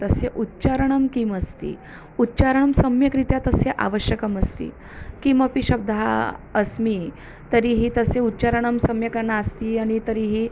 तस्य उच्चारणं किमस्ति उच्चारणं सम्यक्रीत्या तस्य आवश्यकमस्ति किमपि शब्दः अस्मि तर्हि तस्य उच्चरणं सम्यक् नास्ति अनि तर्हि